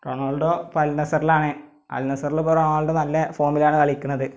Ronaldo ഇപ്പോൾ അൽ നസറിലാണ് അല് നസറിലിപ്പൊ റൊണാള്ഡൊ നല്ല ഫോമിലാണ് കളിക്കുന്നത്